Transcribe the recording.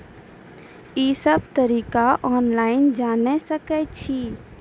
ई सब तरीका ऑनलाइन जानि सकैत छी?